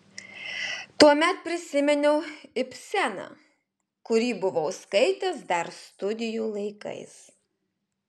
tuomet prisiminiau ibseną kurį buvau skaitęs dar studijų laikais